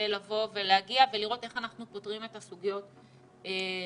להגיע ולראות איך אנחנו פותרים את הסוגיות שעלו.